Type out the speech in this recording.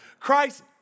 Christ